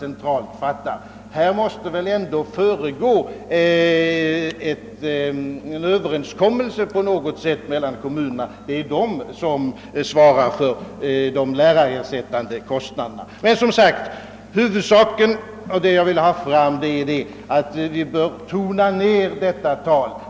Detta måste väl ändå föregås av någon form. av Överenskommelse med kommunerna, vilka svarar för de lärarersättande insatserna. Jag. vill dock understryka, att huvudsaken är, att vi bör tona ned talet om minskad lärartäthet.